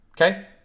Okay